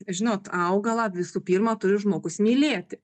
žinot augalą visų pirma turi žmogus mylėti